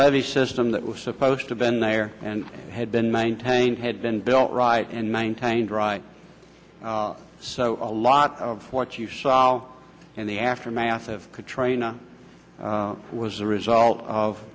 levee system that was supposed to been there and had been maintained had been built right and maintained right so a lot of what you saw in the aftermath of katrina was the result of